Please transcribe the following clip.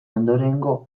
ondorengo